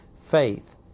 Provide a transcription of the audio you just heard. faith